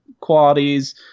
qualities